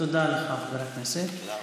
תודה לך, חבר הכנסת.